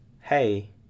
hey